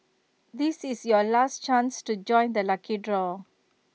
this is your last chance to join the lucky draw